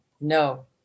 No